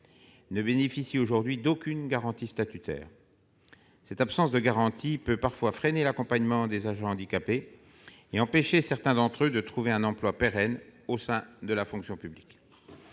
ne bénéficient aujourd'hui d'aucune garantie statutaire, ce qui peut parfois freiner l'accompagnement des agents handicapés et empêcher certains d'entre eux de trouver un emploi pérenne au sein de la fonction publique.